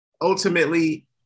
ultimately